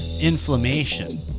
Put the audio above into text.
inflammation